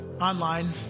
online